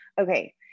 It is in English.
okay